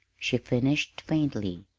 she finished faintly.